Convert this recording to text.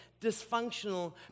dysfunctional